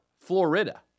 Florida